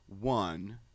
One